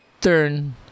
turn